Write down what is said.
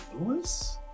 Lewis